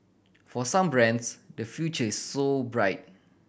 for some brands the future is so bright